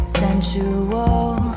sensual